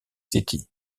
city